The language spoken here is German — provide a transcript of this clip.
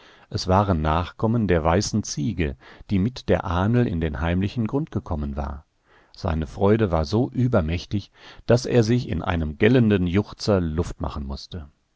es waren nachkommen der weißen ziege die mit der ahnl in den heimlichen grund gekommen war seine freude war so übermächtig daß er sich in einem gellenden juchzer luft machen mußte